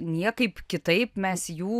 niekaip kitaip mes jų